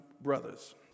brothers